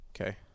Okay